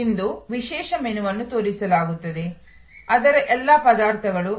ಇಂದು ವಿಶೇಷ ಮೆನುವನ್ನು ತೋರಿಸಲಾಗುತ್ತದೆ ಅದರ ಎಲ್ಲಾ ಪದಾರ್ಥಗಳು